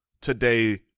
today